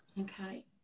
okay